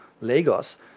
Lagos